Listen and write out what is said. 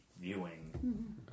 viewing